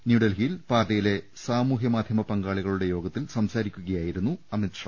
ന്യൂഡൽഹിയിൽ പാർട്ടിയിലെ സാമൂഹ്യ മാധ്യമ പങ്കാ ളികളുടെ യോഗത്തിൽ സംസാരിക്കുകയായിരുന്നു അമിത് ഷാ